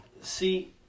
See